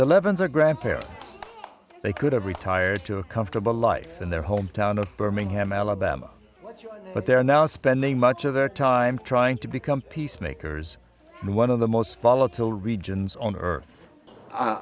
eleven's or grandparents they could have retired to a comfortable life in their hometown of birmingham alabama but they are now spending much of their time trying to become peacemakers one of the most volatile regions on earth